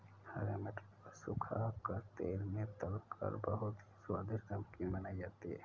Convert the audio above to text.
हरे मटर को सुखा कर तेल में तलकर बहुत ही स्वादिष्ट नमकीन बनाई जाती है